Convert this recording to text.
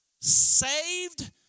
saved